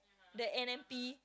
that N_M_P